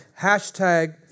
Hashtag